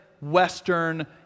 Western